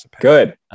good